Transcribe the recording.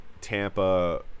Tampa